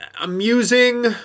Amusing